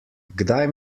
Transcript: kdaj